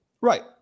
Right